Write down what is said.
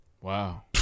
Wow